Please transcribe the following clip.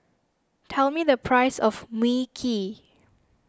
tell me the price of Mui Kee